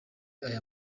aya